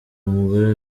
umugore